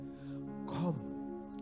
come